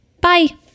Bye